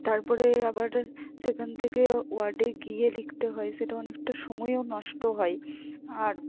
তারপরে আবার সেখান থেকে ওয়ার্ডে গিয়ে লিখতে হয় সেটা অনেকটা সময়ও নষ্ট হয় আর